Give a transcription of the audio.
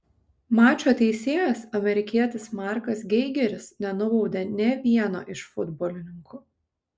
mačo teisėjas amerikietis markas geigeris nenubaudė nė vieno iš futbolininkų